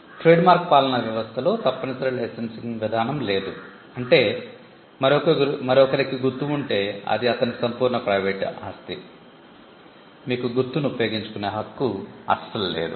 trademark పాలనా వ్యవస్థలో తప్పనిసరి లైసెన్సింగ్ విధానం లేదు అంటే మరొకరికి ఒక గుర్తు ఉంటే అది అతని సంపూర్ణ ప్రైవేట్ ఆస్తి మీకు అదే గుర్తును ఉపయోగించుకునే హక్కు లేదు